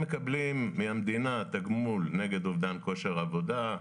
מקבלים מהמדינה תגמול נגד אובדן כושר עבודה,